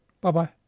Bye-bye